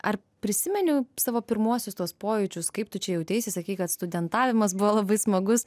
ar prisimeni savo pirmuosius tuos pojūčius kaip tu čia jauteisi sakei kad studentavimas buvo labai smagus